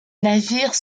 navire